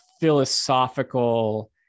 philosophical